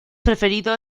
preferido